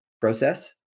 process